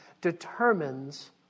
determines